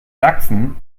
sachsen